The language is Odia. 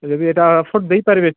ହେଲେବି ଏଇଟା ଦେଇପାରିବେ